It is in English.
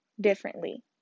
differently